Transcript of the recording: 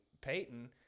Peyton